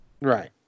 Right